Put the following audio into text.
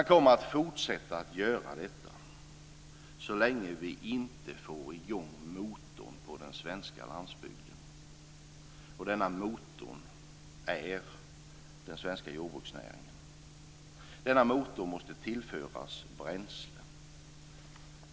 De kommer att fortsätta att göra det så länge vi inte får i gång motorn på den svenska landsbygden. Den motorn är den svenska jordbruksnäringen. Den motorn måste tillföras bränsle.